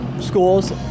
schools